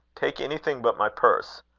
take anything but my purse.